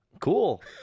cool